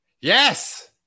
Yes